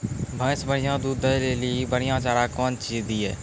भैंस बढ़िया दूध दऽ ले ली बढ़िया चार कौन चीज दिए?